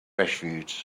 refuge